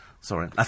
sorry